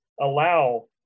allow